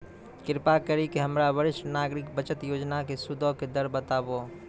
कृपा करि के हमरा वरिष्ठ नागरिक बचत योजना के सूदो के दर बताबो